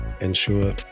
ensure